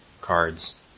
cards